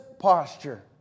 posture